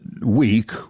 week